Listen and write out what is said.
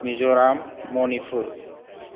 Mizoram Manipur